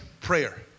prayer